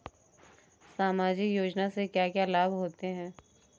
सामाजिक योजना से क्या क्या लाभ होते हैं?